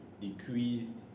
decreased